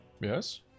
Yes